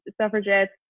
suffragettes